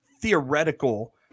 theoretical